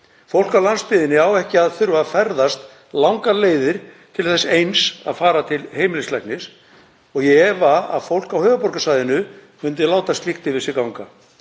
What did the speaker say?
Fólk á landsbyggðinni á ekki að þurfa að ferðast langar leiðir til þess eins að fara til heimilislæknis og ég efa að fólk á höfuðborgarsvæðinu myndi láta slíkt yfir sig ganga.